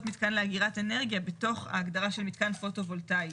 מתקן לאגירת אנרגיה' בתוך ההגדרה של מתקן פוטו וולטאי,